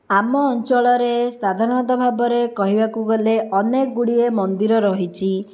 ଆମ ଅଞ୍ଚଳରେ ସାଧାରଣତଃ ଭାବରେ କହିବାକୁ ଗଲେ ଅନେକ ଗୁଡ଼ିଏ ମନ୍ଦିର ରହିଛି